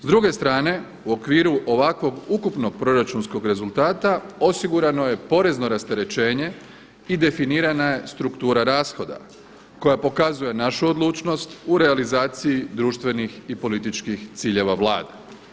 S druge strane u okviru ovakvog ukupnog proračunskog rezultata osigurano je porezno rasterećenje i definirana je struktura rashoda koja pokazuje našu odlučnost u realizaciji društvenih i političkih ciljeva Vlade.